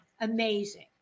Amazing